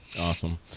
Awesome